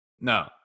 No